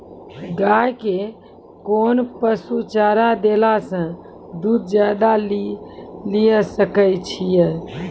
गाय के कोंन पसुचारा देला से दूध ज्यादा लिये सकय छियै?